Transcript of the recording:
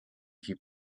keep